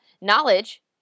Knowledge